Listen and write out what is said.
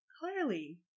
clearly